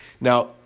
Now